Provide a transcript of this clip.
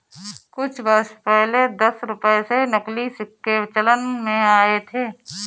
कुछ वर्ष पहले दस रुपये के नकली सिक्के चलन में आये थे